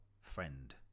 friend